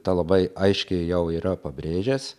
tą labai aiškiai jau yra pabrėžęs